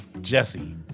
Jesse